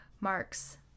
marks